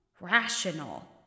rational